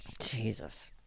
Jesus